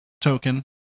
token